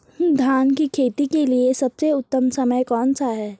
धान की खेती के लिए सबसे उत्तम समय कौनसा है?